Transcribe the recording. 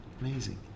Amazing